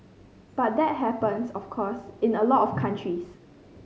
but that happens of course in a lot of countries